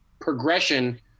progression